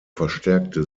verstärkte